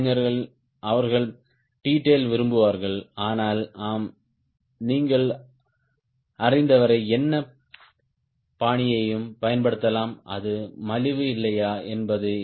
இளைஞர்கள் அவர்கள் T tail விரும்புகிறார்கள் ஆனால் ஆம் நீங்கள் அறிந்தவரை எந்த பாணியையும் பயன்படுத்தலாம் அது மலிவு இல்லையா என்பது